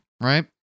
Right